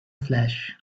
flash